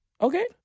Okay